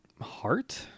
Heart